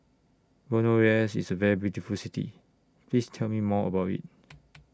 Buenos Aires IS A very beautiful City Please Tell Me More about IT